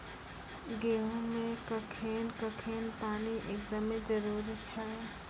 गेहूँ मे कखेन कखेन पानी एकदमें जरुरी छैय?